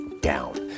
down